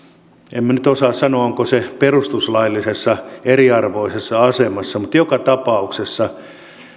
en minä nyt osaa sanoa ovatko perustuslaillisesti eriarvoisessa asemassa mutta joka tapauksessa